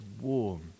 warm